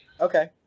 Okay